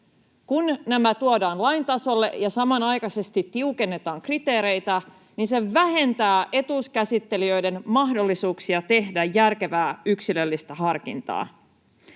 Kun nämä tuodaan lain tasolle ja samanaikaisesti tiukennetaan kriteereitä, niin se vähentää etuuskäsittelijöiden mahdollisuuksia tehdä järkevää yksilöllistä harkintaa.